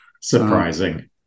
Surprising